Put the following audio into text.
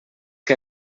que